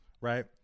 right